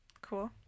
Cool